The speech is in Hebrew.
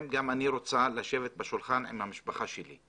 גם אני רוצה לשבת בשולחן עם המשפחה שלי'.